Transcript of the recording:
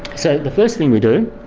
so the first thing we do,